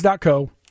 Co